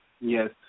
Yes